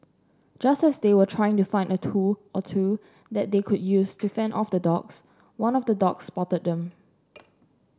just as they were trying to find a tool or two that they could use to fend off the dogs one of the dogs spotted them